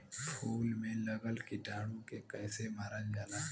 फूल में लगल कीटाणु के कैसे मारल जाला?